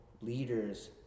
leaders